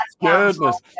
goodness